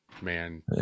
man